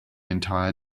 entire